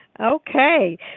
Okay